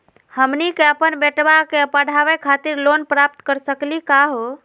हमनी के अपन बेटवा क पढावे खातिर लोन प्राप्त कर सकली का हो?